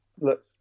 look